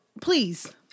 Please